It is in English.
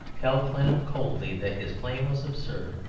tell clennam coldly that his claim was absurd,